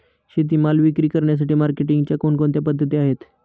शेतीमाल विक्री करण्यासाठी मार्केटिंगच्या कोणकोणत्या पद्धती आहेत?